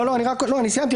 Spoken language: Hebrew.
אני סיימתי.